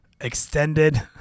extended